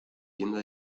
tienda